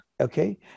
okay